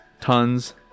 tons